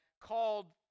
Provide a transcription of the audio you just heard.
called